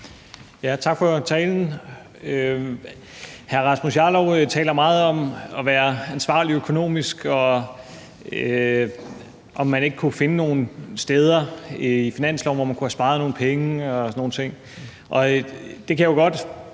Tak for talen. Hr. Rasmus Jarlov taler meget om at være ansvarlig økonomisk, og om man ikke kunne finde nogle steder i finanslovsforslaget, hvor man kunne have sparet nogle penge og sådan